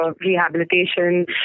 rehabilitation